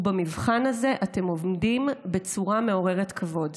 ובמבחן הזה אתם עומדים בצורה מעוררת כבוד.